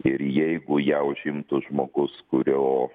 ir jeigu ją užimtų žmogus kurio